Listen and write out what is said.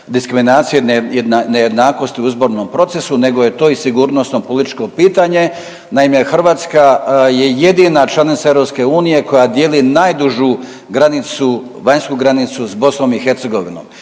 diskriminacije, nejednakosti u izbornom procesu nego je to i sigurnosno političko pitanje. Naime, Hrvatska je jedina članica EU koja dijeli najdužu granicu, vanjsku granicu s BiH. I može, ime